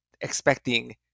expecting